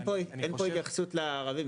אין פה התייחסות לערבים.